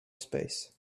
space